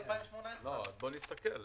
בואו נסתכל.